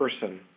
person